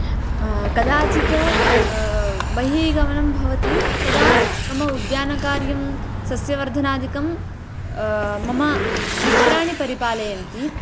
कदाचित् बहिः गमनं भवति तदा मम उद्यानकार्यं सस्यवर्धनादिकं मम मित्राणि परिपालयन्ति